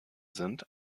sind